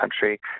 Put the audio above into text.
country